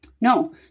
No